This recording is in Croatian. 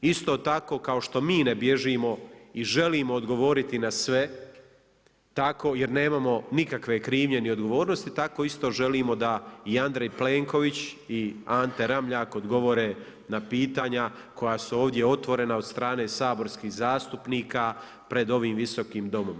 Isto tako kao što mi ne bježimo i želimo odgovoriti na sve, jer nemamo nikakve krivnje ni odgovornosti, tako isto želimo da i Andrej Plenković i Ante Ramljak odgovore na pitanja koja su ovdje otvorena od strane saborskih zastupnika pred ovim Visokim domom.